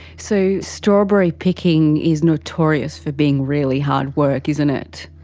so, strawberry picking is notorious for being really hard work isn't it?